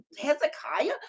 hezekiah